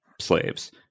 slaves